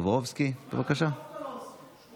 דווקא לא עושים את